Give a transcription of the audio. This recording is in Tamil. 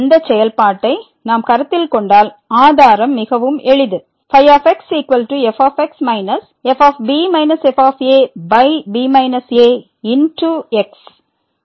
இந்த செயல்பாட்டை நாம் கருத்தில் கொண்டால் ஆதாரம் மிகவும் எளிது xfx fb f ab ax